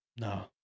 No